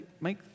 make